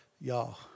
y'all